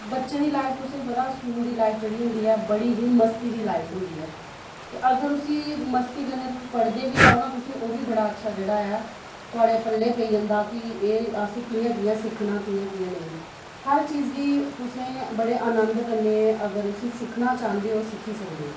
बच्चें दी लाइफ तुसें गी पता स्कूल दी लाइफ जेह्ड़ी होंदी ऐ बड़ी ही मस्ती दी लाइफ होंदी ऐ केह् अगर उसी मस्ती कन्नै पढ़दे बी एह् ओह् ना तुसी ओह् बी बड़ा अच्छा जेह्ड़ा ऐ थुआढ़े पल्लै पेई आंदा कि असें कि'यां कि'यां सिक्खना कि'यां कि'यां नेई हर चीज गी तुसें बड़े आनंद कन्नै अगर उसी सिक्खना चांह्दे ओह् सिक्खी सकदे ओ